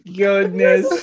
goodness